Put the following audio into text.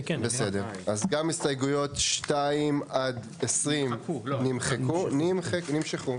גם הסתייגויות 2-20 נמשכו.